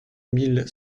mille